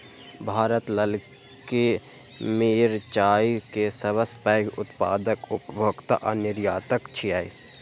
भारत ललकी मिरचाय के सबसं पैघ उत्पादक, उपभोक्ता आ निर्यातक छियै